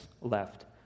left